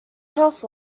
shelf